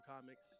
Comics